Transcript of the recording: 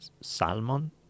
Salmon